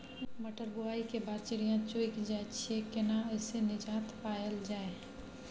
मटर बुआई के बाद चिड़िया चुइग जाय छियै केना ऐसे निजात पायल जाय?